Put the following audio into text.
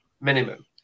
Minimum